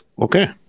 Okay